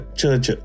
church